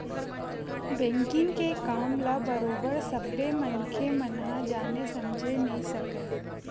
banking के काम ल बरोबर सब्बे मनखे मन ह जाने समझे नइ सकय